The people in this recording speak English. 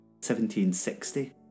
1760